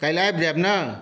काल्हि आबि जायब ने